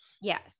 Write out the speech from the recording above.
yes